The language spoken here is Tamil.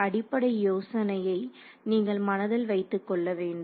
அடிப்படை யோசனையை நீங்கள் மனதில் வைத்துக்கொள்ள வேண்டும்